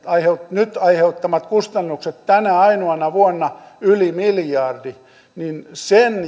nyt aiheuttamat kustannukset tänä ainoana vuonna ovat yli miljardi sen